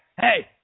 hey